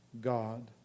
God